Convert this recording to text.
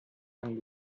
and